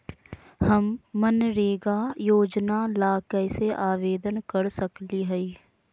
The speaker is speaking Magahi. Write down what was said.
हम मनरेगा योजना ला कैसे आवेदन कर सकली हई?